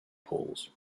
poles